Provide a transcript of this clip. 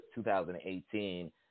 2018